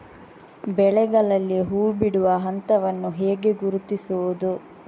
ಬೆಳೆಗಳಲ್ಲಿ ಹೂಬಿಡುವ ಹಂತವನ್ನು ಹೇಗೆ ಗುರುತಿಸುವುದು?